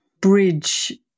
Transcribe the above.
bridge